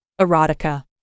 Erotica